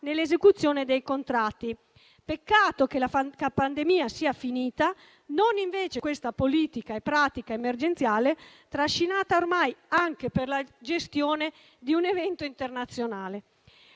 nell'esecuzione dei contratti. Peccato che la pandemia sia finita, e non invece questa politica e questa pratica emergenziale trascinate ormai anche per la gestione di un evento internazionale.